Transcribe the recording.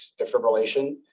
defibrillation